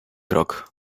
krok